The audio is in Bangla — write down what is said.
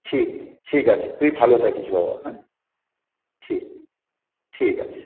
ঠিক ঠিক আছে তুই ভালো থাকিস বাবা হ্যাঁ ঠিক ঠিক আছে